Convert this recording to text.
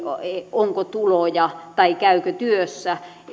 onko tuloja tai käykö työssä